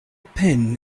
pin